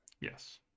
Yes